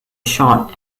short